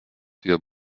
vier